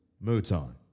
Mouton